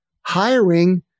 hiring